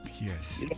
Yes